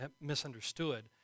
misunderstood